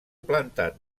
plantat